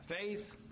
Faith